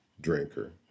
drinker